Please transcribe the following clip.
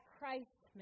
Christ